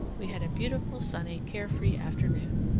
we had a beautiful, sunny, carefree afternoon,